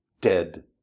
Dead